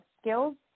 skills